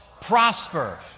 prosper